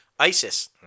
Isis